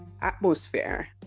atmosphere